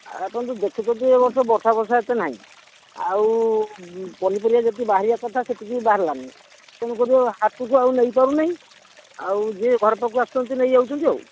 ଆପଣ ତ ଦେଖୁଛନ୍ତି ଏଥର ତ ବର୍ଷା ଫର୍ଷା ଏତେ ନାହିଁ ଆଉ ପନିପରିବା ଯେତିକି ବାହାରିବା କଥା ସେତିକି ବାହାରିଲାନି ତେଣୁ କରି ହାଟକୁ ଆଉ ନେଇ ପାରୁନାହିଁ ଆଉ ଯିଏ ଘରପାଖକୁ ଆସୁଛନ୍ତି ନେଇ ଯାଉଛନ୍ତି ଆଉ